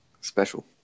special